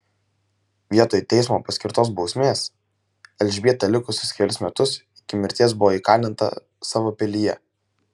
vietoj teismo paskirtos bausmės elžbieta likusius kelis metus iki mirties buvo įkalinta savo pilyje